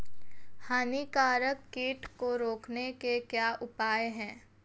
हानिकारक कीट को रोकने के क्या उपाय हैं?